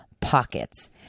pockets